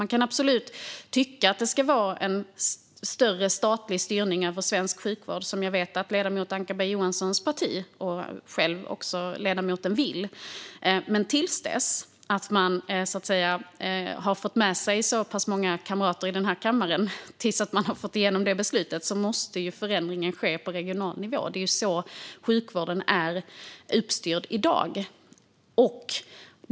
Man kan absolut tycka att det ska vara större statlig styrning över svensk sjukvård, vilket jag vet att ledamoten Ankarberg Johansson själv och hennes parti vill. Men till dess man har fått med sig så pass många kamrater i den här kammaren på det och har fått igenom det beslutet måste förändringen ske på regional nivå. Det är så sjukvården är uppstyrd i dag.